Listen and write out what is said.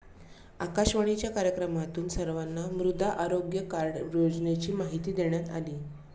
आकाशवाणीच्या कार्यक्रमातून सर्वांना मृदा आरोग्य कार्ड योजनेची माहिती देण्यात आली